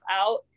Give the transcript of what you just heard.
out